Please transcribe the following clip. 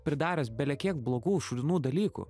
pridaręs bele kiek blogų šūdinų dalykų